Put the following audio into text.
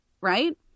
right